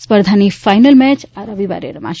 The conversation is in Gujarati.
સ્પર્ધાની ફાઇનલ મેચ આ રવિવારે રમાશે